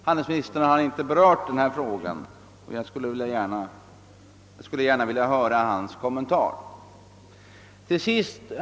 Handelsministern har inte berört den frågan, men jag skulle gärna vilja få en kommentar från hans sida.